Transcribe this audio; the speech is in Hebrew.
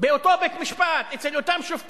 מערכת המשפט, הציג את החוק שר המשפטים,